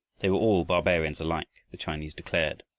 they were all barbarians alike, the chinese declared,